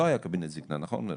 לא היה קבינט זקנה נכון מירב?